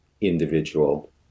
individual